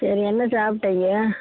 சரி என்ன சாப்பிட்டீங்க